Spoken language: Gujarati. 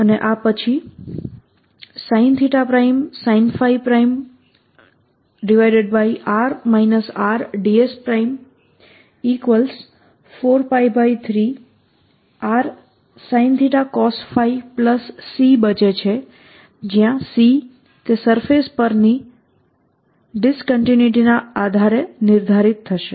અને આ પછી sinsinϕ|r R|ds4π3rsinθcosϕC બચે છે જ્યાં C સરફેસ પરની ડીસકન્ટિન્યુઈટી ના આધારે નિર્ધારિત કરશે